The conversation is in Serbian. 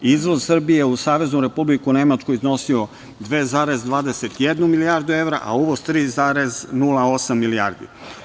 Izvoz Srbije u Saveznu Republiku Nemačku iznosio je 2,21 milijardu evra, a uvoz 3,08 milijardi.